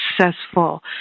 successful